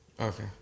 Okay